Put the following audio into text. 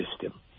system